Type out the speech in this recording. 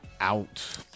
out